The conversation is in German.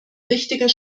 richtiger